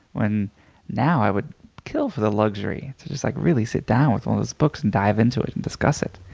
when now i would kill for the luxury to just like really sit down with one of those books and dive into it and discuss it.